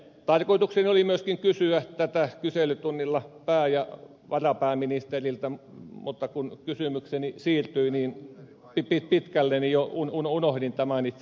tarkoitukseni oli kysyä tätä myöskin kyselytunnilla pää ja varapääministeriltä mutta kun kysymykseni siirtyi niin pitkälle unohdin tämän itse pääkysymyksen